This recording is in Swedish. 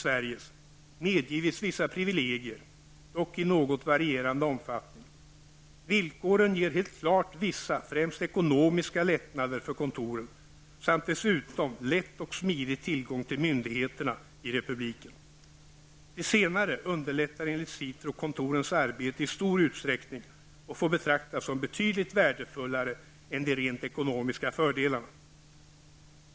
Sveriges, medgivits vissa privilegier, dock i något varierande omfattning. Villkoren ger helt klart vissa, främst ekonomiska, lättnader för kontoren samt dessutom lätt och smidig tillgång till myndigheterna i republiken. Det senare underlättar enligt SITRO kontorens arbete i stor utsträckning och får betraktas som betydligt värdefullare än de rent ekonomiska fördelarna.